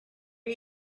are